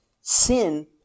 sin